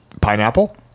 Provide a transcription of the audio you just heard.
Pineapple